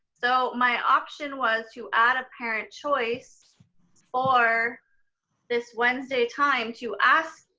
so my option was to add a parent choice for this wednesday time to ask,